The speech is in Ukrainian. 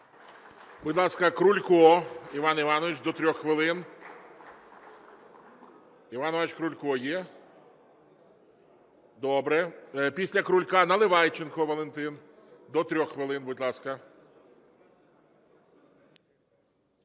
Будь ласка, Крулько Іван Іванович, до 3 хвилин. Іван Іванович Крулько є? Добре. Після Крулька – Наливайченко Валентин, до 3 хвилин. Будь ласка.